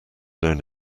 known